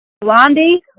Blondie